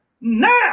Now